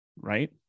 Right